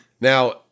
Now